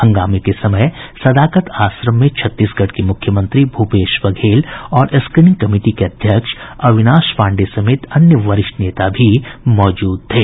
हंगामे के समय सदाकत आश्रम में छत्तीसगढ़ के मूख्यमंत्री भूपेश बघेल और स्क्रीनिंग कमेटी के अध्यक्ष अविनाश पांडेय समेत अन्य वरिष्ठ नेता भी मौजूद थे